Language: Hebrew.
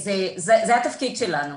זה התפקיד שלנו.